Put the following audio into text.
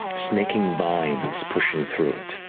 snaking vines pushing through it,